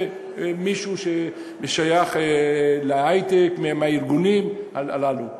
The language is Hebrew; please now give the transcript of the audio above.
מישהו ששייך להיי-טק מהארגונים הללו.